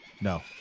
No